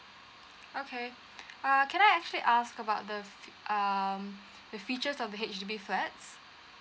okay uh can I actually ask about the fe~ um the features of the H_D_B flat